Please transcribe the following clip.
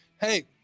Hey